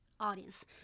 audience